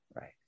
Right